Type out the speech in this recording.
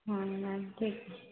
हाँ मैम ठीक है